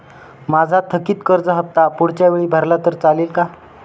माझा थकीत कर्ज हफ्ता पुढच्या वेळी भरला तर चालेल का?